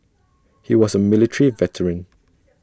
he was A military veteran